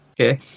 Okay